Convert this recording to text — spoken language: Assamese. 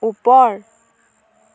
ওপৰ